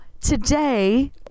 today